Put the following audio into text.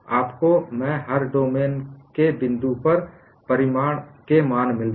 आपको में हर डोमेन के बिंदु पर स्ट्रेस परिमाण के मान मिलते हैं